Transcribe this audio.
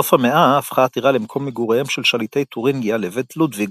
בסוף המאה הפכה הטירה למקום מגוריהם של שליטי תורינגיה לבית לודביג,